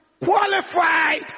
qualified